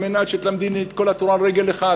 על מנת שתלמדני את כל התורה על רגל אחת.